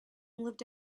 lived